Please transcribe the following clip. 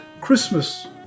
Christmas